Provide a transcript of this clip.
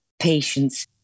patience